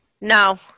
no